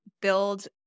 build